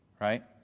right